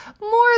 more